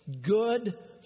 good